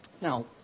Now